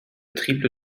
triple